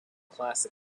classic